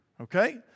Okay